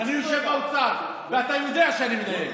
אני יושב באוצר, ואתה יודע שאני מדייק,